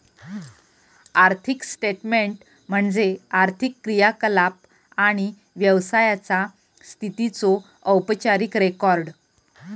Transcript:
आर्थिक स्टेटमेन्ट म्हणजे आर्थिक क्रियाकलाप आणि व्यवसायाचा स्थितीचो औपचारिक रेकॉर्ड